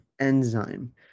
enzyme